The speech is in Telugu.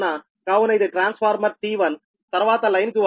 కావున ఇది ట్రాన్స్ఫార్మర్ T1తర్వాత లైన్ కి వద్దాం Xline j0